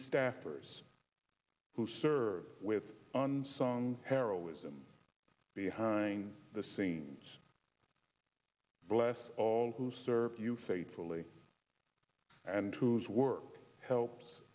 staffers who served with unsung heroism behind the scenes bless all who serve you faithfully and whose work help